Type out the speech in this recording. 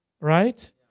Right